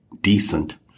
decent